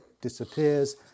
disappears